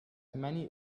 many